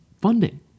funding